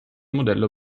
modello